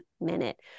minute